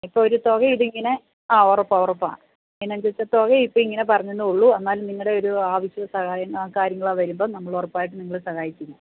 ഇപ്പോളൊരു തുക ഇത് ഇങ്ങനെ ആ ഉറപ്പാണ് ഉറപ്പാണ് അതനസരിച്ച് തുക ഇപ്പം ഇങ്ങനെ പറഞ്ഞെന്നെയുള്ളൂ എന്നാലും നിങ്ങളുടെ ഒരു ആവശ്യമോ സഹായമോ കാര്യങ്ങളോ വരുമ്പോള് നമ്മള് ഉറപ്പായിട്ടും നിങ്ങളെ സഹായിച്ചിരിക്കും